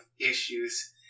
issues